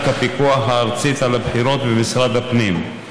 הפיקוח הארצית על הבחירות במשרד הפנים.